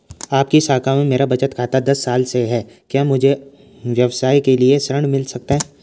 आपकी शाखा में मेरा बचत खाता दस साल से है क्या मुझे व्यवसाय के लिए ऋण मिल सकता है?